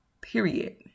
period